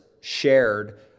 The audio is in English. shared